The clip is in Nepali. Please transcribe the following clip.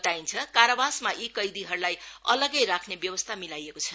बताइन्छ कारावासमा यी कैदीहरुलाई अलग्गै राख्ने व्यवस्था मिलाइएको छ